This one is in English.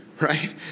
right